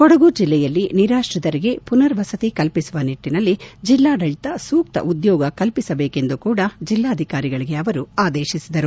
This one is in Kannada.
ಕೊಡಗು ಜಿಲ್ಲೆಯಲ್ಲಿ ನಿರಾಶ್ರಿತರಿಗೆ ಪುನರ್ವಸತಿ ಕಲ್ಪಿಸುವ ನಿಟ್ಟನಲ್ಲಿ ಜಿಲ್ಲಾಡಳಿತ ಸೂಕ್ತ ಉದ್ಯೋಗ ಕಲ್ಪಿಸಬೇಕೆಂದು ಕೂಡ ಜಿಲ್ಲಾಧಿಕಾರಿಗಳಿಗೆ ಆದೇಶಿಸಿದರು